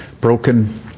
broken